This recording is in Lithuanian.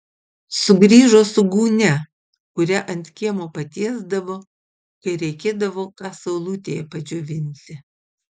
sugrįžo su gūnia kurią ant kiemo patiesdavo kai reikėdavo ką saulutėje padžiovinti